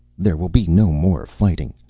there will be no more fighting.